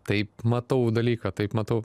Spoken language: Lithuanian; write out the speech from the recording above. taip matau dalyką taip matau